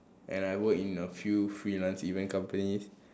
and I work in a few freelance event companies